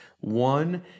one